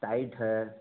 tight है